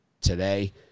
today